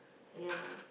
ya lah